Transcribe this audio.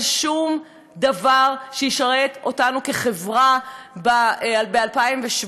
אבל שום דבר שישרת אותנו כחברה ב-2017,